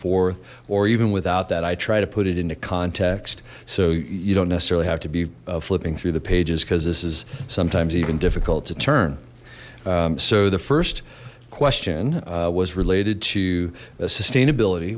forth or even without that i try to put it into context so you don't necessarily have to be flipping through the pages because this is sometimes even difficult to turn so the first question was related to a sustainability